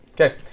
Okay